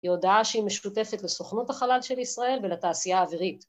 היא הודעה שהיא משותפת לסוכנות החלל של ישראל ולתעשייה אווירית.